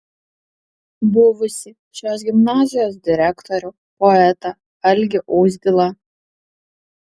buvusį šios gimnazijos direktorių poetą algį uzdilą